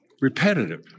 repetitive